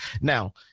Now